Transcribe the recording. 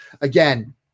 again